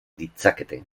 ditzakete